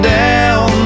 down